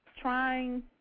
Trying